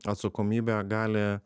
atsakomybę gali